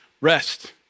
rest